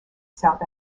south